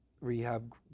rehab